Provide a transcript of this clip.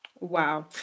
Wow